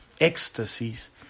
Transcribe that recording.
ecstasies